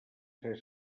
ser